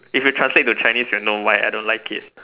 if you translate to Chinese you'll know why I don't like it